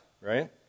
Right